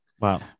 wow